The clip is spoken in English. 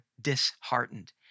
disheartened